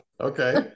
Okay